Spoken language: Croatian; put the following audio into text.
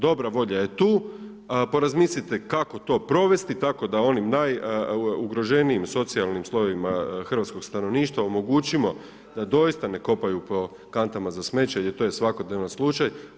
Dobra volja je tu, porazmislite kako to provesti, tako da onim najugroženijim socijalnim slojevima hrvatskog stanovništva omogućimo da doista ne kopaju po kantama za smeće jer to je svakodnevni slučaj.